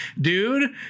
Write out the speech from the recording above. Dude